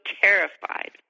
terrified